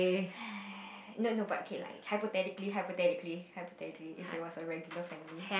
no no but okay like hypothetically hypothetically hypothetically if it was a regular family